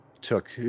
took